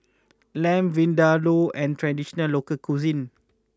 Lamb Vindaloo an traditional local cuisine